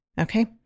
Okay